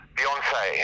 Beyonce